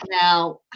now